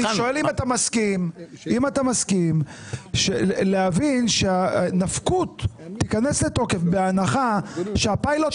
אני שואל אם אתה מסכים להבין שהנפקות תיכנס לתוקף בהנחה שהפיילוט עבר.